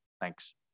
Thanks